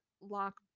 lock